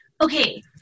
okay